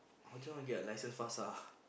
I just want to get a license fast ah